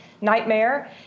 nightmare